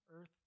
earth